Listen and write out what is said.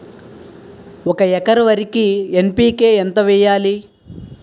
ఒక ఎకర వరికి ఎన్.పి.కే ఎంత వేయాలి?